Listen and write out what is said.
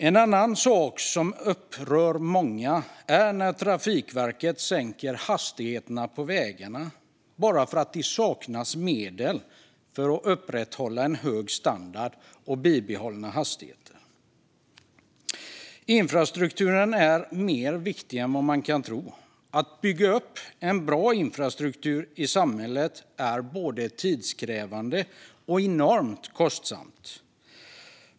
En annan sak som upprör många är när Trafikverket sänker hastigheterna på vägarna bara för att det saknas medel för att upprätthålla en hög standard och behålla hastigheterna. Infrastrukturen är viktigare än vad man kan tro. Att bygga upp en bra infrastruktur i samhället är både tidskrävande och enormt kostsamt.